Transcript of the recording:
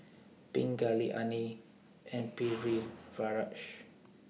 Pingali Anil and Pritiviraj